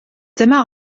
dyma